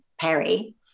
Perry